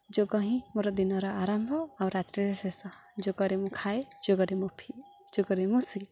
ଯୋଗ ହିଁ ମୋର ଦିନର ଆରମ୍ଭ ଆଉ ରାତ୍ରରେ ଶେଷ ଯୋଗରେ ମୁଁ ଖାଏ ଯୋଗରେ ମୁଁ ପିଏ ଯୋଗରେ ମୁଁ ଶୋଏ